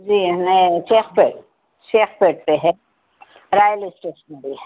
جی میں Shaikpet Shaikpet پہ ہے رائل اسٹیشنری